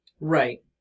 right